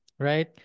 Right